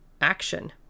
action